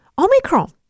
Omicron